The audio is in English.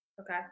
Okay